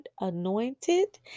anointed